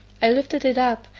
i lifted it up,